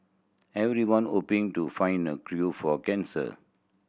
everyone hoping to find the for cancer